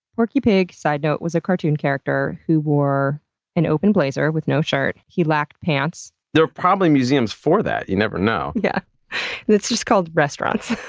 porky pig, side note, was a cartoon character who wore an open blazer with no shirt. he lacked pants. there are probably museums for that, you never know. yeah and it's just called, restaurants.